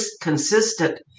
consistent